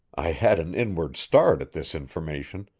i had an inward start at this information,